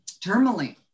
tourmaline